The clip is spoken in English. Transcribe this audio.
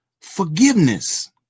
forgiveness